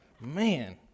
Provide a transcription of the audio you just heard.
Man